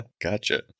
Gotcha